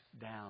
down